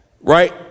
right